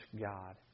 God